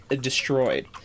destroyed